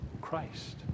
Christ